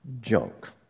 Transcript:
Junk